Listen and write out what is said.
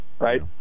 Right